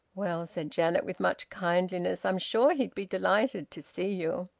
well, said janet, with much kindliness, i'm sure he'd be delighted to see you.